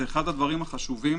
זה אחד הדברים החשובים.